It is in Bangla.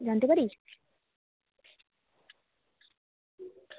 জানতে পারি